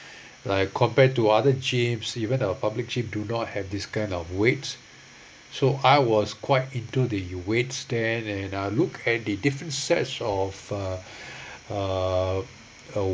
like compared to other gyms even our public gym do not have this kind of weights so I was quite into the weight stand and Uh look at the different sets of uh uh